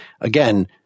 again